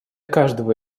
каждого